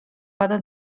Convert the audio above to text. pada